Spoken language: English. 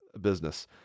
business